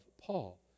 Paul